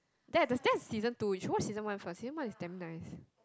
that that's season two you should watch season one first season one is damn nice